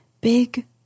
big